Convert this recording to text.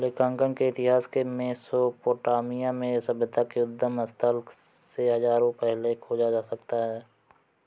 लेखांकन के इतिहास को मेसोपोटामिया में सभ्यता के उद्गम स्थल से हजारों साल पहले खोजा जा सकता हैं